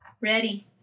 ready